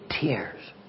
tears